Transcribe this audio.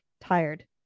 tired